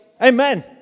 Amen